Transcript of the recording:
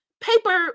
paper